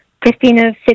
Christina